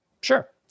Sure